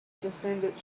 defendant